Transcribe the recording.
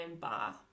bar